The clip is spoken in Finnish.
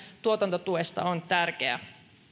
tuotantotuesta on tärkeä